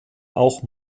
auch